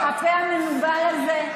הפה המנוול הזה,